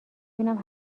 بینم